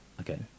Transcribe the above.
Okay